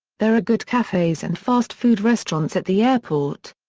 there are good cafes and fast food restaurants at the airport.